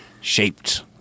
shaped